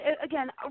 again